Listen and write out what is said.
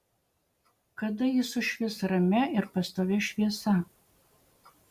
kada ji sušvis ramia ir pastovia šviesa